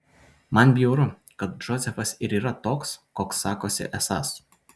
man bjauru kad džozefas ir yra toks koks sakosi esąs